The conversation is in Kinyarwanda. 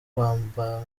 rwambariro